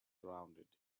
rounded